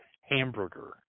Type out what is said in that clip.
hamburger